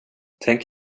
tänk